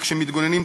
וכשמתגוננים,